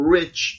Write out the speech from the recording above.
rich